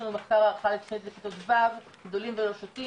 יש לנו מחקר הערכה לכיתות ו' 'גדולים ולא שותים',